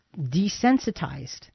desensitized